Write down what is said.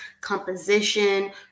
composition